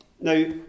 now